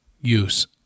use